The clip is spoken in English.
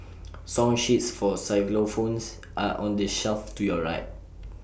song sheets for xylophones are on the shelf to your right